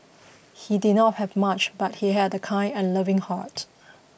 he did not have much but he had a kind and loving heart